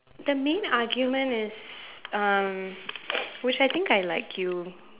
the main argument is um which I think I like you